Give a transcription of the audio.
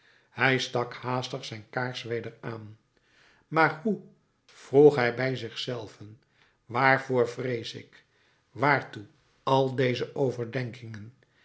hij stak haastig zijn kaars weder aan maar hoe vroeg hij bij zich zelven waarvoor vrees ik waartoe al deze overdenkingen